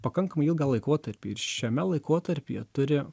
pakankamai ilgą laikotarpį ir šiame laikotarpyje turi